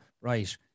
right